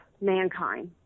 mankind